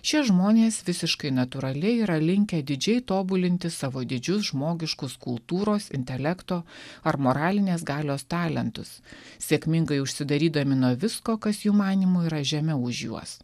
šie žmonės visiškai natūraliai yra linkę didžiai tobulinti savo didžius žmogiškus kultūros intelekto ar moralinės galios talentus sėkmingai užsidarydami nuo visko kas jų manymu yra žemiau už juos